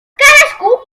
cadascú